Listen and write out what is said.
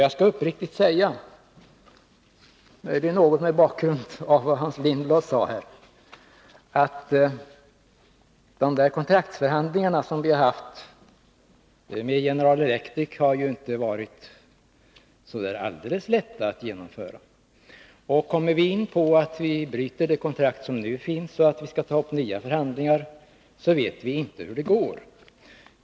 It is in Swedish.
Jag vill anknyta till vad Hans Lindblad sade och understryka att kontraktsförhandlingarna med General Electric inte varit så där alldeles lätta att genomföra. Bryter vi det kontrakt som nu finns för att sedan ta upp nya förhandlingar, vet vi inte hur det går.